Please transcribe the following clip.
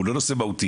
הוא לא נושא מהותי.